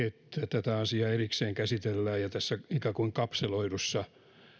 tätä asiaa erikseen käsitellään ikään kuin kapseloidussa